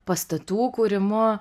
pastatų kūrimu